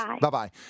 Bye-bye